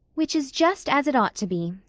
which is just as it ought to be,